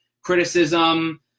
criticism